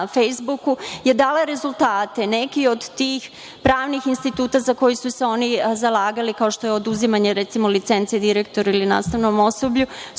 Fejsbuku je dala rezultate. Neki od tih pravnih instituta za koje su se oni zalagali, kao što je oduzimanje, recimo, licence direktoru ili nastavnom osoblju,